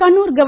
കണ്ണൂർ ഗവ